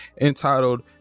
entitled